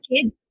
kids